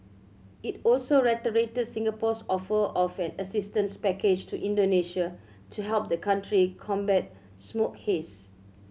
it also reiterated Singapore's offer of an assistance package to Indonesia to help the country combat smoke haze